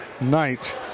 night